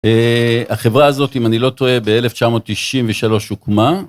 החברה הזאת, אם אני לא טועה, ב-1993 הוקמה.